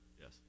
yes